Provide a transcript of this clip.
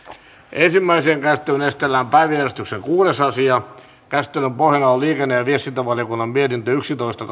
ensimmäiseen käsittelyyn esitellään päiväjärjestyksen kuudes asia käsittelyn pohjana on liikenne ja ja viestintävaliokunnan mietintö yksitoista